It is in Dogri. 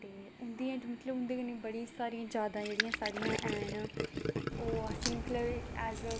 उं'दी मतलब उं'दियां बड़ी सारियां जैदां जेहड़ियां साढ़ियां हैन ओह् असें गी मतलब ऐज़